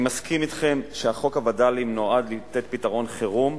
אני מסכים אתכם שחוק הווד"לים נועד לתת פתרון חירום,